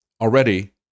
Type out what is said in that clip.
already